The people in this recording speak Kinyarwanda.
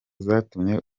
zatumye